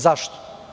Zašto?